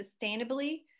sustainably